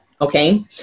Okay